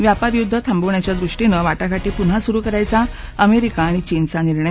व्यापारयुद्ध थांबवण्याच्या दृष्टीनं वा ध्वारी पुन्हा सुरु करायचा अमेरिका आणि चीन चा निर्णय